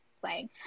playing